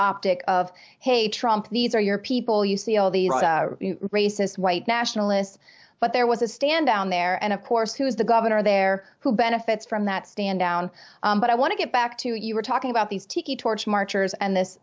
optic of hey trump these are your people you see all these racist white nationalists but there was a stand down there and of course who is the governor there who benefits from that stand down but i want to get back to you were talking about these tiki torch marchers and this